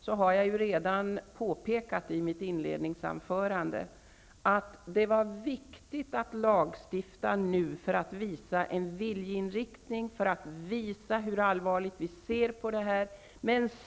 Jag har redan i mitt inledningsanförande påpekat att det var viktigt att lagstifta nu för att visa en viljeinriktning, för att visa hur allvarligt vi ser på dessa saker.